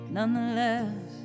Nonetheless